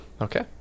Okay